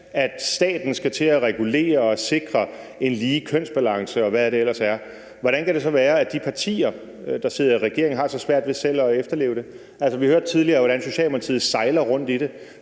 at staten skal til at regulere i forhold til at sikre en lige kønsbalance, og hvad det ellers er, hvordan kan det så være, at de partier, der sidder i regering, har så svært ved selv at efterleve det? Altså, vi hørte tidligere, hvordan Socialdemokratiet sejler rundt i det,